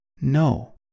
No